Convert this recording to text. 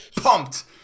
Pumped